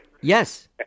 Yes